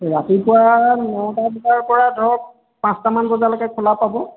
ৰাতিপুৱা নটা বজাৰ পৰা ধৰক পাঁচটামান বজালৈকে খোলা পাব